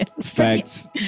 Facts